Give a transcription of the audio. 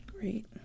Great